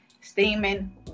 Steaming